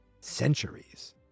centuries